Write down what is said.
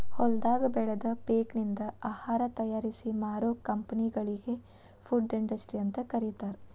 ಹೊಲದಾಗ ಬೆಳದ ಪೇಕನಿಂದ ಆಹಾರ ತಯಾರಿಸಿ ಮಾರೋ ಕಂಪೆನಿಗಳಿ ಫುಡ್ ಇಂಡಸ್ಟ್ರಿ ಅಂತ ಕರೇತಾರ